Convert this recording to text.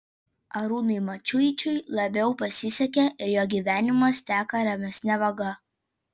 arūnui mačiuičiui labiau pasisekė ir jo gyvenimas teka ramesne vaga